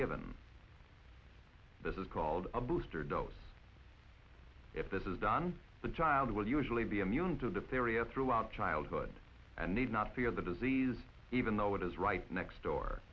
in this is called a booster dose if this is done the child will usually be immune to the period throughout childhood and need not fear the disease even though it is right next door